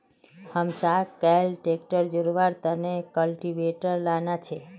हमसाक कैल ट्रैक्टर से जोड़वार तने कल्टीवेटर लाना छे